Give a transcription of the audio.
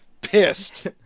Pissed